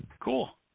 Cool